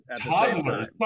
Toddlers